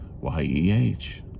Y-E-H